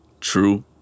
True